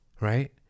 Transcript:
right